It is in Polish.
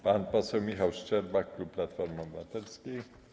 Pan poseł Michał Szczerba, klub Platformy Obywatelskiej.